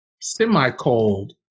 semi-cold